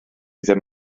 ddim